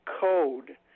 code